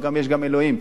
יש גם אלוהים,